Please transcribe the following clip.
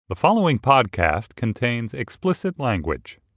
the following podcast contains explicit language